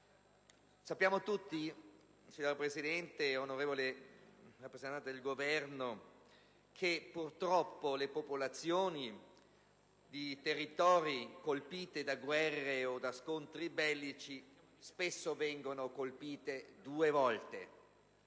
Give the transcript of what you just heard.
Sappiamo tutti, signora Presidente, onorevole rappresentante del Governo, che purtroppo le popolazioni di territori interessati da guerre o da eventi bellici spesso vengono colpite duramente